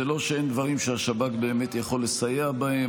זה לא שאין דברים שהשב"כ יכול לסייע בהם,